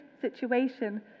situation